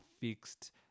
fixed